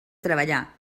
treballar